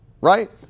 Right